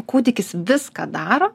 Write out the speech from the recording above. kūdikis viską daro